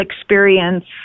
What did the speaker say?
experience